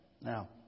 Now